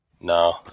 No